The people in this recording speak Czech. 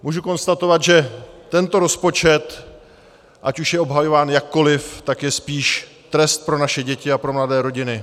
Můžu konstatovat, že tento rozpočet, ať už je obhajován jakkoliv, je spíš trest pro naše děti a pro mladé rodiny.